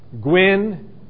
Gwyn